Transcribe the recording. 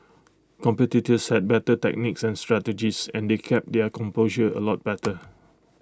competitors said better techniques and strategies and they kept their composure A lot better